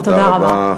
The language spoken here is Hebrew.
תודה רבה.